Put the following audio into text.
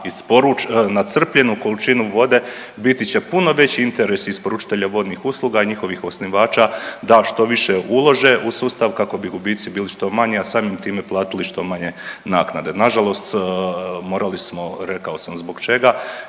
na crpljenu količinu vode biti će puno veći interes isporučitelja vodnih usluga i njihovih osnivača da što više ulože u sustav kako bi gubici bili što manji, a samim time platili što manje naknade. Nažalost morali smo, rekao sam zbog čega,